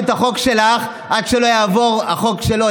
את החוק שלך עד שלא יעבור החוק שלו,